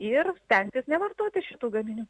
ir stengtis nevartoti šitų gaminių